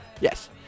Yes